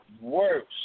worse